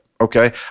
Okay